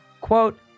quote